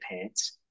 pants